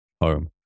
home